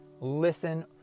listen